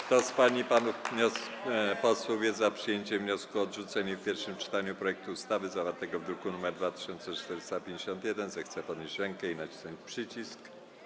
Kto z pań i panów posłów jest za przyjęciem wniosku o odrzucenie w pierwszym czytaniu projektu ustawy zawartego w druku nr 2451, zechce podnieść rękę i nacisnąć przycisk.